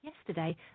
Yesterday